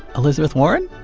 elizabeth warren?